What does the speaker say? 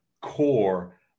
core